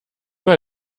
mal